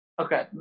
Okay